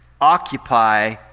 occupy